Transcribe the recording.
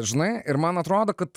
žinai ir man atrodo kad